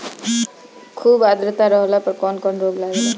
खुब आद्रता रहले पर कौन कौन रोग लागेला?